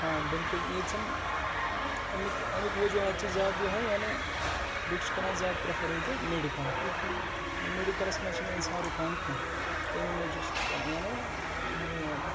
آ بِلکُل ییٚتہِ چھِنہٕ اَمیُک اَمیُک وجوہات چھِ زیادٕ یِہوٚے یعنی لُکھ چھِ کران زیادٕ پرٛٮ۪فر ییٚتہِ میٚڈکَل میٚڈِکَلس مَنٛز چھ نہٕ اِنسان رُکان کینٛہہ تمی موٗجوٗب سُہ کران یعنی